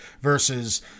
versus